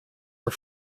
are